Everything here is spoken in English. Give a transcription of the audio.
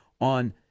on